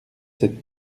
sept